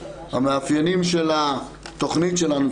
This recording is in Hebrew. המאפיינים של התכונית שלנו,